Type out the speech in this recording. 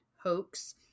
hoax